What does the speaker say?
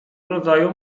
rodzaju